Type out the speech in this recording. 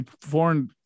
foreign